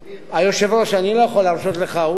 עמיר, אני לא יכול להרשות לך.